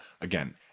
again